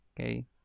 Okay